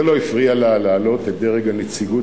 זה לא הפריע לה להעלות את הדרג הנציגות